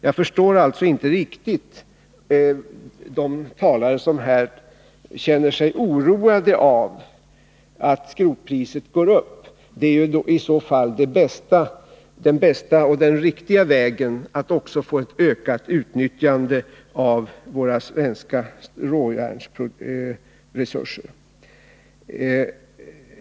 Jag förstår alltså inte riktigt de talare här som känner sig oroade av att skrotpriset går upp. Det är den bästa och riktiga vägen när det gäller att också få ett ökat utnyttjande av våra svenska råjärnsresurser.